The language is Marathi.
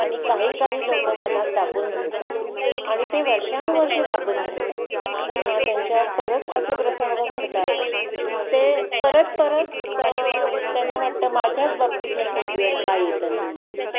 आणि काही काही लोक मनात दाबून धरतात आणि ते वर्षानुवर्ष दाबून धरतात किंवा त्यांच्यावर परत असे प्रसंग घडतात की ते परत परत त्यांना वाटतं माझ्याच बाबतीत हे फेल्युअर का येतं नेहमी